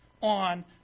on